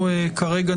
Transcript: הדיון.